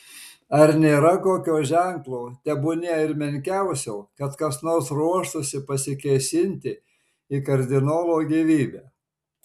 ar nėra kokio ženklo tebūnie ir menkiausio kad kas nors ruoštųsi pasikėsinti į kardinolo gyvybę